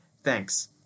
Thanks